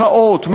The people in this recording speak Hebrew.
מחאות,